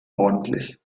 ordentlich